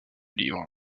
livre